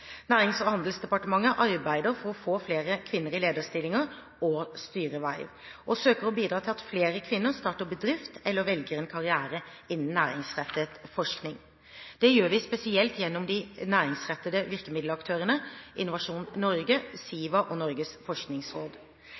Nærings- og handelsdepartementet arbeider for å få flere kvinner i lederstillinger og styreverv og søker å bidra til at flere kvinner starter bedrift eller velger en karriere innen næringsrettet forskning. Det gjør vi spesielt gjennom de næringsrettede virkemiddelaktørene Innovasjon Norge, SIVA og Norges forskningsråd.